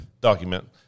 document